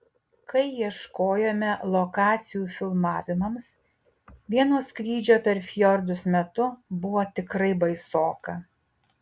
kai ieškojome lokacijų filmavimams vieno skrydžio per fjordus metu buvo tikrai baisoka